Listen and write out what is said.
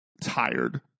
tired